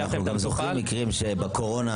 אנחנו זוכרים מקרים בקורונה,